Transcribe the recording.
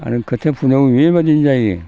आरो खोथिया फुनायावबो बेबायदिनो जायो